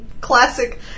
Classic